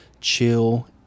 chill